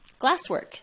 glasswork